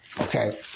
okay